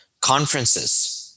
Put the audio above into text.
conferences